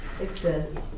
exist